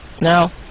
Now